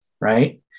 right